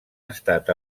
estat